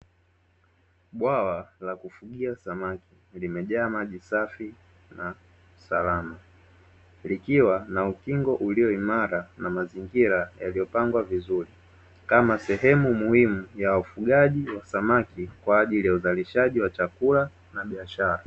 Bwawa la kufugia samaki, limejaa maji safi na salama, likiwa na ukingo ulio imara na mazingira yaliyopangwa vizuri kama sehemu muhimu ya ufugaji wa samaki kwa ajili ya uzalishaji wa chakula na biashara.